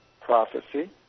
prophecy